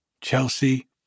Chelsea